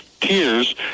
tears